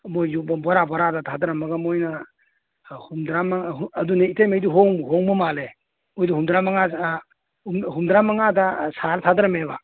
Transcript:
ꯃꯣꯏꯁꯨ ꯕꯣꯔꯥ ꯕꯣꯔꯥꯗ ꯊꯥꯗꯔꯝꯃꯒ ꯃꯣꯏꯅ ꯍꯨꯝꯗ꯭ꯔꯥ ꯃꯉꯥ ꯑꯗꯨꯅꯦ ꯏꯇꯩꯃꯩꯗꯤ ꯍꯣꯡꯕꯨ ꯍꯣꯡꯕ ꯃꯥꯜꯂꯦ ꯃꯣꯏꯗꯨ ꯍꯨꯝꯗ꯭ꯔꯥ ꯃꯉꯥ ꯍꯨꯝꯗ꯭ꯔꯥ ꯃꯉꯥꯗ ꯁꯥꯔ ꯊꯥꯗꯔꯝꯃꯦꯕ